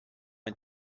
ein